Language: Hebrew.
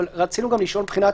אבל רצינו לשאול מבחינת